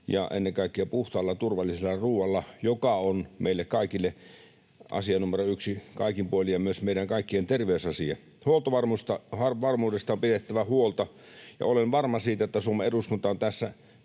ja ennen kaikkea puhtaalla turvallisella ruualla, joka on meille kaikille asia numero yksi kaikin puolin ja myös meidän kaikkien terveysasia. Huoltovarmuudesta on pidettävä huolta. Ja olen varma siitä, että Suomen eduskunta on tässä